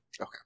Okay